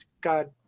God